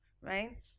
right